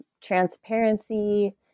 transparency